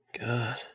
God